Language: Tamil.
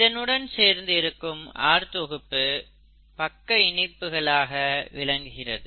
இதனுடன் சேர்ந்து இருக்கும் R தொகுப்பு பக்க இணைப்புகளாக விளங்குகிறது